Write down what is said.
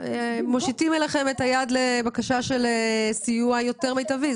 מבקשים מכם סיוע יותר מיטבי,